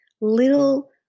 little